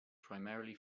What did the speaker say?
primarily